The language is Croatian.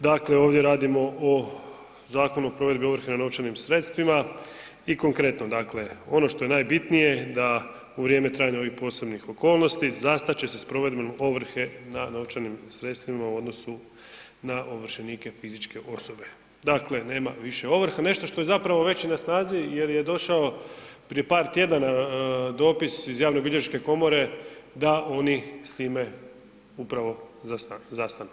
Dakle, ovdje radimo o Zakonu o provedbi ovrhe na novčanim sredstvima i konkretno ono što je najbitnije da u vrijeme trajanja ovih posebnih okolnosti zastat će se s provedbom ovrhe na novčanim sredstvima u odnosu na ovršenike fizičke osobe, dakle nema više ovrha, nešto što je zapravo već i na snazi jer je došao prije par tjedana dopis iz Javnobilježničke komore da oni s time upravo zastanu.